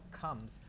comes